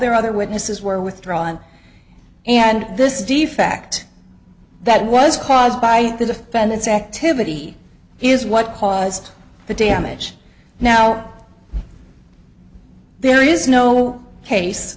their other witnesses were withdrawn and this defect that was caused by the defendant's activity is what caused the damage now there is no case